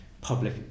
public